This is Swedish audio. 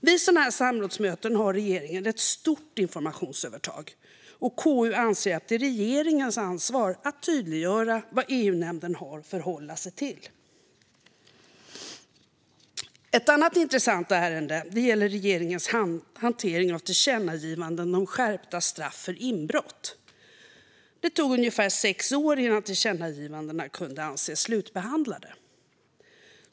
Vid sådana här samrådsmöten har regeringen ett stort informationsövertag, och KU anser att det är regeringens ansvar att tydliggöra vad EU-nämnden har att förhålla sig till. Ett annat intressant ärende gäller regeringens hantering av tillkännagivanden om skärpta straff för inbrott. Det tog ungefär sex år innan tillkännagivandena kunde anses slutbehandlade.